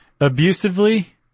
Abusively –